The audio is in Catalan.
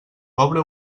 pobre